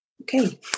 Okay